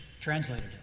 translated